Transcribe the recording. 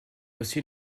aussi